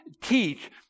teach